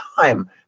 time